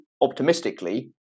optimistically